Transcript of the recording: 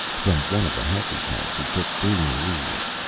from one of the healthy tanks, he took green leaves.